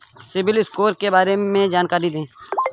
CIBIL score के बारे में जानकारी दें?